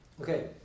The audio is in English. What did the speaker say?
Okay